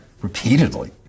repeatedly